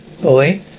Boy